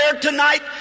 tonight